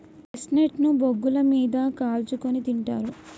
chestnut ను బొగ్గుల మీద కాల్చుకుని తింటారు